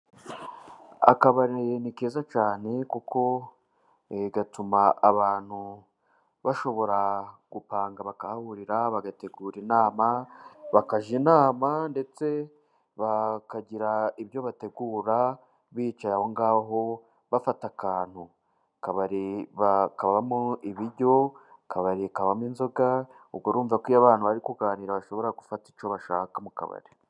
Akabari ni keza cyane, kuko gatuma abantu bashobora gupanga bakahahurira, bagategura inama, bakajya inama, ndetse bakagira ibyo bategura bicaye aho ngaho bafata akantu, akabari ba kabamo ibiryo, akabari kabamo inzoga, ubwo urumva ko iyo abana bari kuganira bashobora gufata icyo bashaka mu kabari.